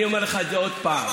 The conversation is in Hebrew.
אני אומר לך את זה עוד פעם.